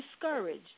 discouraged